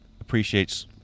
appreciates